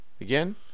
again